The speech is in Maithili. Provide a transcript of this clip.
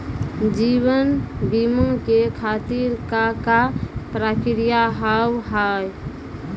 जीवन बीमा के खातिर का का प्रक्रिया हाव हाय?